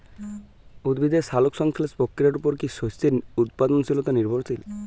উদ্ভিদের সালোক সংশ্লেষ প্রক্রিয়ার উপর কী শস্যের উৎপাদনশীলতা নির্ভরশীল?